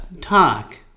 Talk